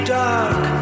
dark